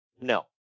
no